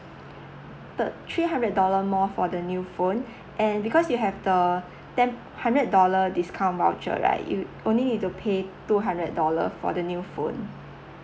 third three hundred of dollar more for the new phone and because you have the ten hundred of dollar discount voucher right you only you need to pay two hundred of dollar for the new phone